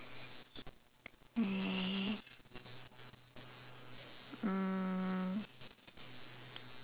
uh mm